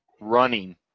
running